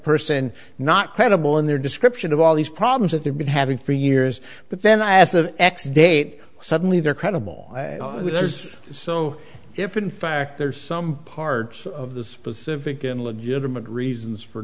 person not credible in their description of all these problems that they've been having for years but then i as an x date suddenly they're credible so if in fact there are some parts of the specific and legitimate reasons for